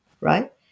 right